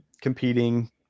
competing